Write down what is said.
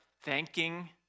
thanking